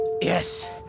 Yes